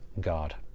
God